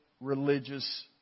religious